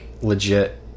legit